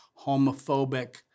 homophobic